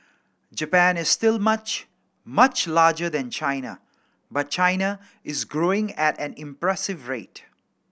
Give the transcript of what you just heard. Japan is still much much larger than China but China is growing at an impressive rate